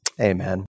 Amen